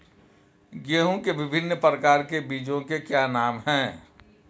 गेहूँ के विभिन्न प्रकार के बीजों के क्या नाम हैं?